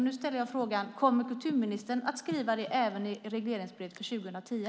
Nu ställer jag frågan: Kommer kulturministern att skriva det även i regleringsbrevet för 2010?